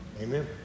Amen